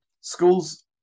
schools